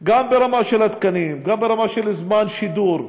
גם ברמה של התקנים, גם ברמה של זמן השידור,